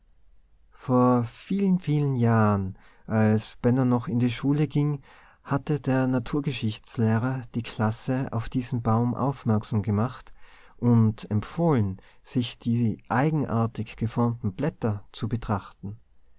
vor vielen vielen jahren als benno noch in die schule ging hatte der naturgeschichtslehrer die klasse auf diesen baum aufmerksam gemacht und empfohlen sich die eigenartig geformten blätter zu betrachten